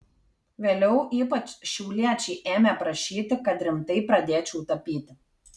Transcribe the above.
vėliau ypač šiauliečiai ėmė prašyti kad rimtai pradėčiau tapyti